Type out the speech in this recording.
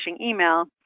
email